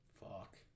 fuck